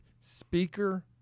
speaker